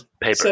Paper